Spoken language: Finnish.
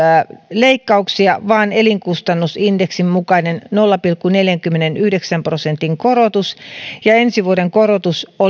leikkauksia vaan elinkustannusindeksin mukainen nolla pilkku neljänkymmenenyhdeksän prosentin korotus ja ensi vuoden korotus olisi